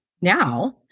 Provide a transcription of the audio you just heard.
now